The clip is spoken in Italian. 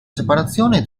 separazione